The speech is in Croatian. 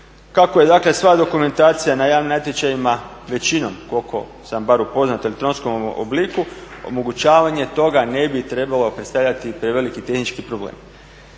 Kako je dakle sva dokumentacija na javnim natječajima, većinom koliko sam bar upoznat u elektronskom obliku omogućavanje toga ne bi trebalo predstavljati preveliki tehnički problem.